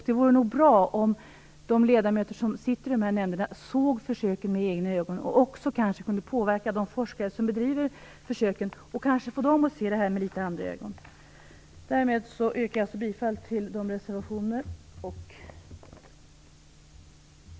Det vore nog bra om de ledamöter som sitter i dessa nämnder såg försöken med egna ögon och kanske kunde påverka de forskare som bedriver försöken att få dem att se detta med litet andra ögon. Därmed yrkar jag bifall till reservationerna 1,2, 4 och 5 som vi har fogat till betänkandet.